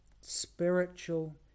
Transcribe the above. spiritual